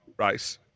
race